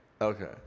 Okay